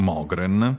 Mogren